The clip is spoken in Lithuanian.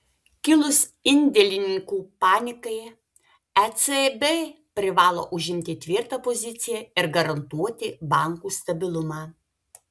kilus indėlininkų panikai ecb privalo užimti tvirtą poziciją ir garantuoti bankų stabilumą